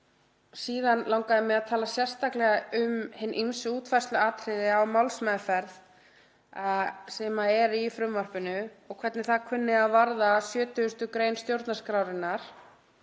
síðan langaði mig að tala sérstaklega um hin ýmsu útfærsluatriði á málsmeðferð sem er í frumvarpinu og hvernig það kunni að varða 70. gr. stjórnarskrárinnar